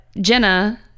Jenna